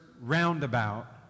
roundabout